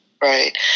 Right